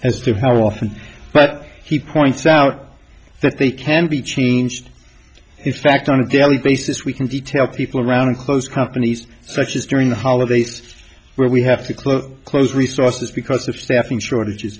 as to how often but he points out that they can be changed if fact on a daily basis we can detail people around and close companies such as during the holidays where we have to close close resources because of staffing shortages